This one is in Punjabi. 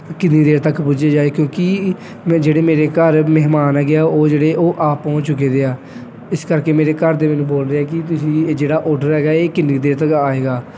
ਕਿੰਨੀ ਦੇਰ ਤੱਕ ਪੁੱਜ ਜਾਵੇ ਕਿਉਂਕਿ ਮੈਂ ਜਿਹੜੇ ਮੇਰੇ ਘਰ ਮਹਿਮਾਨ ਹੈਗੇ ਆ ਉਹ ਜਿਹੜੇ ਉਹ ਆ ਪਹੁੰਚ ਚੁੱਕੇ ਦੇ ਆ ਇਸ ਕਰਕੇ ਮੇਰੇ ਘਰ ਦੇ ਮੈਨੂੰ ਬੋਲ ਰਹੇ ਆ ਕਿ ਤੁਸੀਂ ਇਹ ਜਿਹੜਾ ਔਡਰ ਹੈਗਾ ਇਹ ਕਿੰਨੀ ਦੇਰ ਤੱਕ ਆਏਗਾ